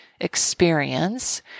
experience